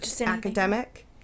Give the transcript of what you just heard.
academic